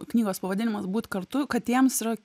knygos pavadinimas būt kartu katėms yra